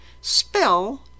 Spell